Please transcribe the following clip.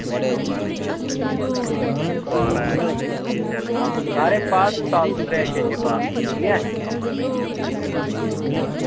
आं सारे पा साफ सूथरे अच्छे अच्छे पा ठीक ऐ